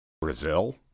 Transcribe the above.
Brazil